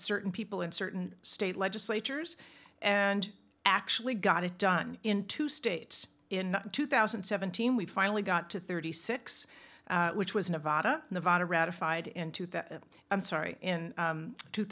certain people in certain state legislatures and actually got it done in two states in two thousand and seventeen we finally got to thirty six which was nevada nevada ratified into the i'm sorry in